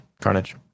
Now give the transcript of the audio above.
Carnage